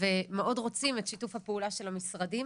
ומאוד רוצים את שיתוף הפעולה של המשרדים.